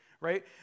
Right